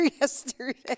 yesterday